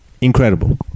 incredible